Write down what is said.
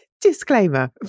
Disclaimer